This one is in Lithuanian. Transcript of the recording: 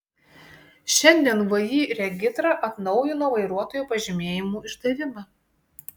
šiandien vį regitra atnaujino vairuotojo pažymėjimų išdavimą